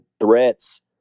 threats